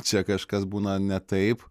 čia kažkas būna ne taip